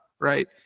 right